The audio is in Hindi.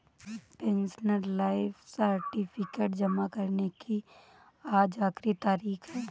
पेंशनर लाइफ सर्टिफिकेट जमा करने की आज आखिरी तारीख है